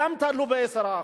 גם תעלו ב-10%.